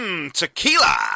Tequila